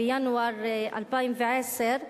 בינואר 2010,